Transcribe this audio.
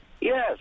Yes